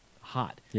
hot